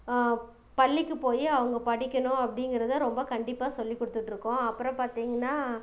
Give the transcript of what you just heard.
பள்ளிக்கு போய் அவங்க படிக்கணும் அப்படிங்கிறத ரொம்ப கண்டிப்பாக சொல்லி கொடுத்துட்ருக்கோம் அப்புறம் பார்த்திங்கன்னா